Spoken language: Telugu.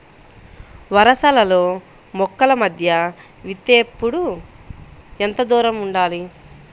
వరసలలో మొక్కల మధ్య విత్తేప్పుడు ఎంతదూరం ఉండాలి?